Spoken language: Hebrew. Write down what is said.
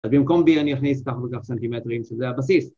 ‫אז במקום בי אני אכניס כך וכך ‫סנטימטרים זה הבסיס.